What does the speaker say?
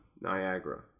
Niagara